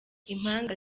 impanga